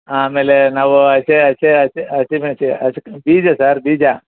ಆಮೇಲೆ ನಾವು ಹಸಿ ಹಸಿ ಹಸ್ ಹಸಿ ಮೆಣ್ಸಿನ ಬೀಜ ಸಾರ್ ಬೀಜ